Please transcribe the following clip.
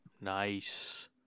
Nice